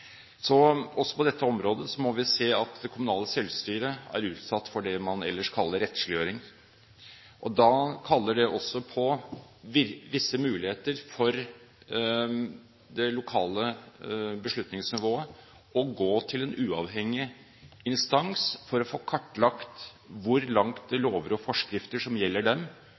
Så også på dette området ser vi at det kommunale selvstyret er utsatt for det man ellers kaller rettsliggjøring. Det kaller også på visse muligheter for det lokale beslutningsnivået å gå til en uavhengig instans for å få kartlagt hvor langt lover og forskrifter som gjelder dem,